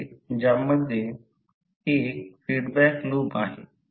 कधी magnetic circuit सोडवताना सुपर पोझिशनचे अनुसरण केले जाईल किंवा आता ∅ करंट होईल